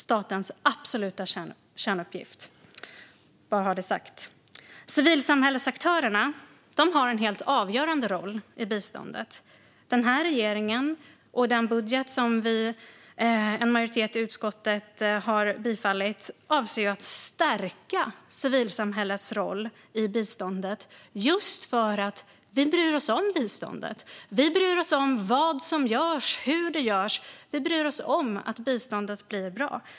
Jag vill bara ha det sagt. Civilsamhällesaktörerna har en helt avgörande roll i biståndet. Den här regeringen och den budget som en majoritet i utskottet har ställt sig bakom avser att stärka civilsamhällets roll i biståndet just för att vi bryr oss om biståndet. Vi bryr oss om vad som görs och hur det görs. Vi bryr oss om att biståndet blir bra.